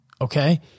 Okay